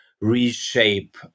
reshape